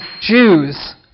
Jews